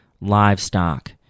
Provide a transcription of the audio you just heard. livestock